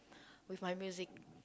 with my music